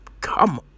come